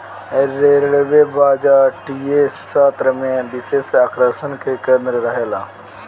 railway बजटीय सत्र में विशेष आकर्षण के केंद्र रहेला